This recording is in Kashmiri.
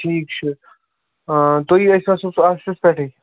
ٹھیٖک چھُ تُہی ٲسۍوا صُبحَس آفسَس پٮ۪ٹھٕے